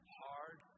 hard